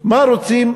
מה רוצים?